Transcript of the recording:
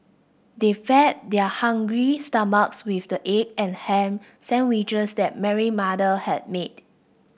they fed their hungry stomachs with the egg and ham sandwiches that Mary mother had made